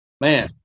Man